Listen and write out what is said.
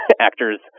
actors